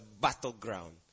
battleground